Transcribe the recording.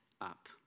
up